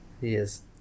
Yes